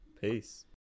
Peace